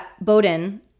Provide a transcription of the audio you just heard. Bowden